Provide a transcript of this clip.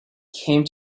came